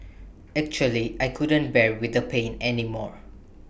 actually I couldn't bear with the pain anymore